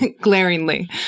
glaringly